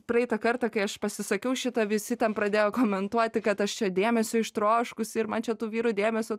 praeitą kartą kai aš pasisakiau šitą visi ten pradėjo komentuoti kad aš čia dėmesio ištroškusi ir man čia tų vyrų dėmesio